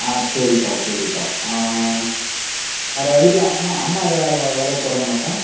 ஆ சரிப்பா சரிப்பா ஆ வேறு வீட்டில் அம்மா அம்மா ஏதாவது வேலை வேலைக்கு போகிறாங்களாப்பா